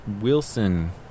Wilson